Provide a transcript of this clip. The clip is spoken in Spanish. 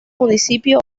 municipio